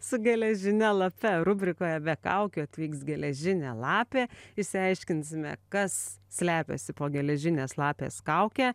su geležine lape rubrikoje be kaukių atvyks geležinė lapė išsiaiškinsime kas slepiasi po geležinės lapės kauke